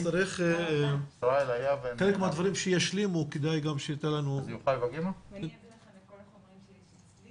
נצטרך חלק מהדברים שישלימו --- אני רוצה להתייחס לכמה נקודות.